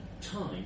time